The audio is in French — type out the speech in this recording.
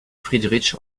friedrich